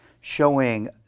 showing